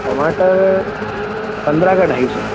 टमाटर पंद्रह का ढाई सौ